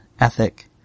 ethic